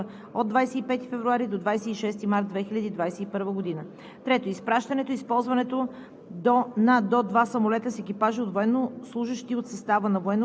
военнослужещи за участие в съвместно българо-румънско противоминно учение в периода от 25 февруари до 26 март 2021 г. Трето, изпращането и използването